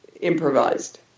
improvised